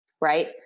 Right